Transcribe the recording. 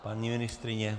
Paní ministryně?